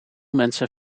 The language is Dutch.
mensen